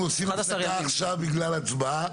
אנחנו עושים הפסקה עכשיו בגלל הצבעה.